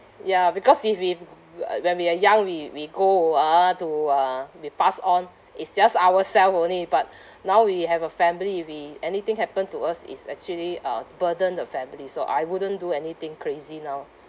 ya because if we when we are young we we go ah to uh we pass on it's just ourselves only but now we have a family we anything happen to us is actually uh burden the family so I wouldn't do anything crazy now